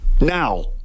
now